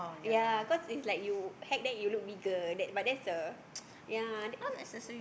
yea cause it's like you hack then you look bigger that but that's a yea